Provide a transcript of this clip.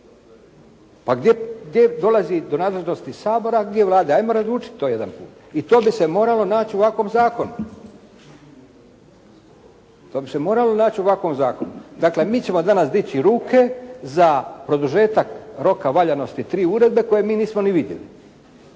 A gdje dolazi do nadležnosti Sabora, a gdje Vlade? 'Ajmo razlučiti to jedanput i to bi se moralo naći u ovakvom zakonu. Dakle, mi ćemo danas dići ruke za produžetak roka valjanosti tri uredbe koje mi nismo ni vidjeli,